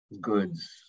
goods